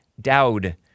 Dowd